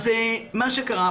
מה שקרה,